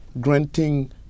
granting